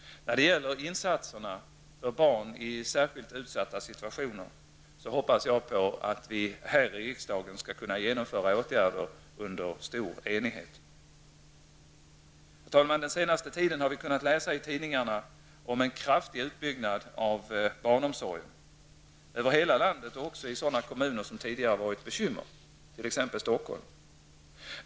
När det gäller insatser för barn i särskilt utsatta situationer hoppas jag att vi här i riksdagen skall kunna genomföra åtgärder med stor enighet. Herr talman! Den senaste tiden har vi kunnat läsa i tidningarna om en kraftig utbyggnad av barnomsorgen över hela landet, även i sådana kommuner som tidigare har varit ett bekymmer, t.ex. Stockholm.